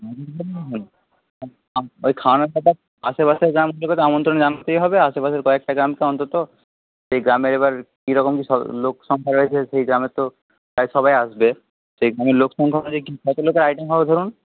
হুম ওই খাওয়ানোর ব্যাপার আশেপাশের গ্রামকে তো আমন্ত্রণ জানাতেই হবে আশেপাশের কয়েকটা গ্রামকে অন্তত সেই গ্রামে এবার কি রকম লোক সংখ্যা রয়েছে সেই গ্রামের তো প্রায় সবাই আসবে সেই গ্রামের লোক সংখ্যা অনুযায়ী কত লোকের আইটেম হবে ধরুন